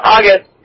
August